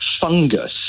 fungus